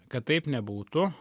kad taip nebūtų